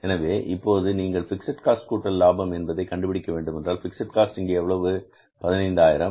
எனவே இப்போது நீங்கள் பிக்ஸட் காஸ்ட் கூட்டல் லாபம் என்பதை கண்டுபிடிக்க வேண்டுமென்றால் பிக்ஸட் காஸ்ட் இங்கே எவ்வளவு 15000